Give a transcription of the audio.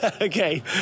Okay